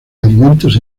alimentos